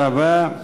תודה רבה.